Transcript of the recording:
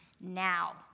now